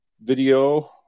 video